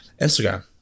Instagram